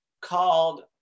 called